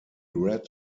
read